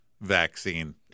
vaccine